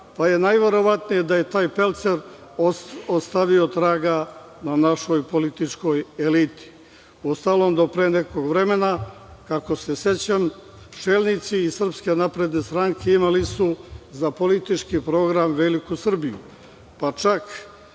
pa je najverovatnije da je taj pelcer ostavio traga na našoj političkoj eliti. Uostalom, do pre nekog vremena, kako se sećam, čelnici iz SNS, imali su za politički program veliku Srbiju, pa čak